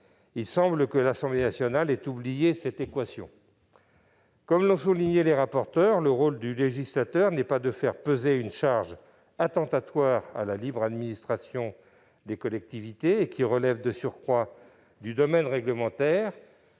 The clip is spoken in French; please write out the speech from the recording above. Il semble que l'Assemblée nationale ait oublié cette équation. Comme l'ont souligné les rapporteurs, le rôle du législateur n'est pas de faire peser une charge attentatoire à la libre administration des collectivités, qui relève de surcroît du domaine réglementaire.